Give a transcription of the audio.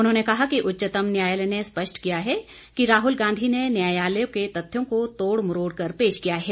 उन्होंने कहा कि उच्चतम न्यायालय ने स्पष्ट किया है कि राहल गांधी ने न्यायालयों के तत्थों को तोड़ मरोड़ कर पेश किया है